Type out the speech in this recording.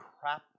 crap